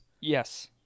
Yes